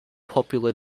popular